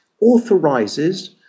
authorizes